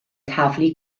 taflu